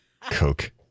Coke